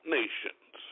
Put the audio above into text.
nations